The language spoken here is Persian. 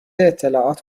اطلاعات